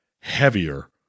heavier